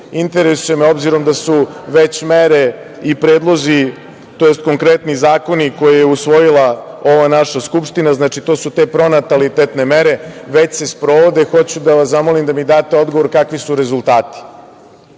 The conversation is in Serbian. Interesuje me, obzirom da su već mere i predlozi, tj. konkretni zakoni koje je usvojila ova naša Skupština, znači, to su te pronatalitetne mere, već se sprovode. Hoću da vas zamolim da mi date odgovor kakvi su rezultati.Za